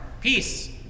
peace